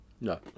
No